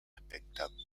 espectáculo